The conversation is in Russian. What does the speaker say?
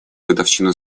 годовщину